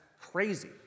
crazy